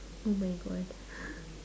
oh my god